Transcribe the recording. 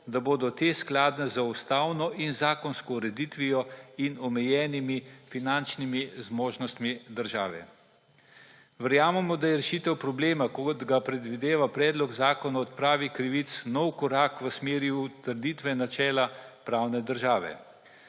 da bodo te skladne z ustavno in zakonsko ureditvijo in omejenimi finančnimi zmožnostmi države. Verjamemo, da je rešitev problema, kot ga predvideva predlog zakona o odpravi krivic, nov korak v smeri utrditve načela pravne države.